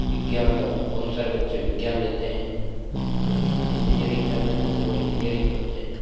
विज्ञान का बहुत सारे बच्चे विज्ञान लेते हैं कुछ इंजीनियरिंग करना चाहते हैं तो वो इंजीनियरिंग पढ़ते हैं